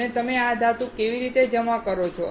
તમે આ ધાતુ કેવી રીતે જમા કરશો